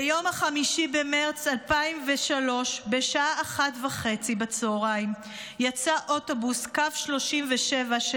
ביום 5 במרץ 2003 בשעה 13:30 יצא אוטובוס קו 37 של